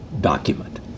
document